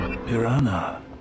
Piranha